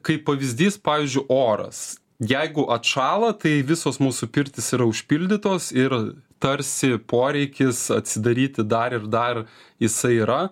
kaip pavyzdys pavyzdžiui oras jeigu atšąla tai visos mūsų pirtys yra užpildytos ir tarsi poreikis atsidaryti dar ir dar jisai yra